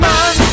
Man